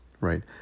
right